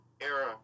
era